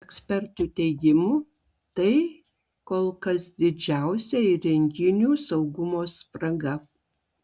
ekspertų teigimu tai kol kas didžiausia įrenginių saugumo spraga